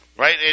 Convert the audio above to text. Right